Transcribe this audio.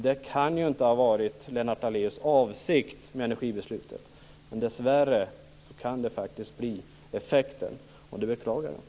Det kan inte ha varit Lennart Daléus avsikt med energibeslutet. Dessvärre kan det bli effekten, och det beklagar jag.